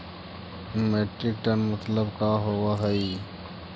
Metric ton मतलब का होव हइ?